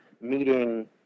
meeting